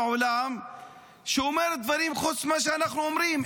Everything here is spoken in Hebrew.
בעולם שאומרת דברים חוץ ממה שאנחנו אומרים.